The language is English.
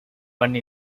one